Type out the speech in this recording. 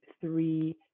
three